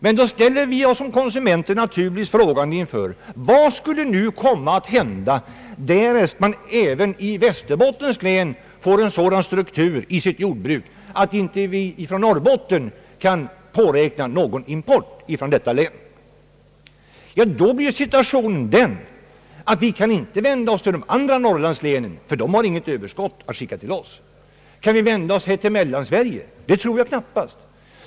Vi konsumenter ställer oss naturligtvis frågan: Vad skulle komma att hända därest man även i Västerbottens län får en sådan struktur på jordbruket, att vi i Norrbotten inte kan påräkna någon import från detta län? Då blir situationen den att vi inte kan vända oss till de andra norrlandslänen, ty de har inget överskott att skicka till oss. Kan vi vända oss till Mellansverige? Det tror jag knappast.